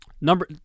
number